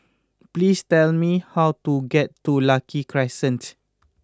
please tell me how to get to Lucky Crescent